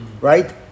right